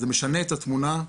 זה משנה את התמונה,